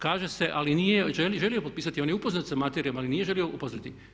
Kaže se, ali nije želio potpisati, on je upoznati sa materijom ali nije želio upoznati.